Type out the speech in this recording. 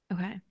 Okay